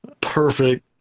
perfect